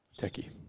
techie